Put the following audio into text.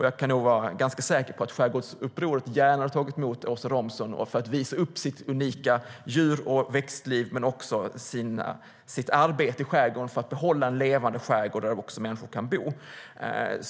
Jag är säker på att Skärgårdsupproret gärna tar emot Åsa Romson och visar upp sitt unika djur och växtliv men också sitt arbete för att behålla en levande skärgård där människor kan bo.